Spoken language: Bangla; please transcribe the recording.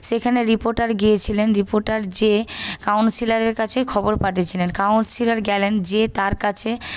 সেখানে রিপোর্টার গিয়েছিলেন রিপোর্টার গিয়ে কাউন্সিলারের কাছে খবর পাঠিয়ে ছিলেন কাউন্সিলার গেলেন গিয়ে তার কাছে